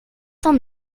cent